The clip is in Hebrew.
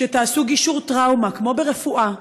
שתעשו גישור טראומה, כמו ברפואה,